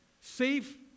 safe